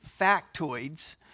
factoids